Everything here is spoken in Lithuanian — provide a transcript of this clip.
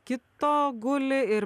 kito guli ir